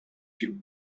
più